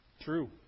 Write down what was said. True